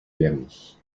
bernie